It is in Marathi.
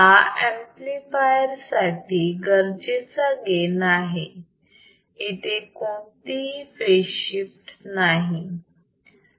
हा ऍम्प्लिफायर साठी गरजेचा गेन आहे इथे कोणतीही फेज शिफ्ट नाही आहे